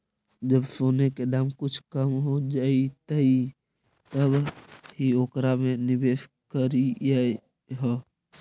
जब सोने के दाम कुछ कम हो जइतइ तब ही ओकरा में निवेश करियह